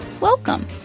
Welcome